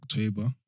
October